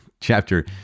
chapter